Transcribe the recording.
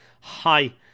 hi